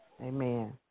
Amen